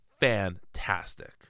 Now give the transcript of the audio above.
fantastic